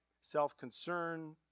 self-concern